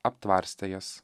aptvarstė jas